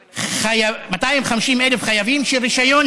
כיום יש מעל 250,000 חייבים שרישיון